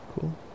Cool